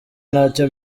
ntacyo